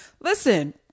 listen